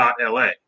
.la